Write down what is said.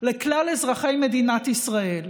לכלל אזרחי מדינת ישראל,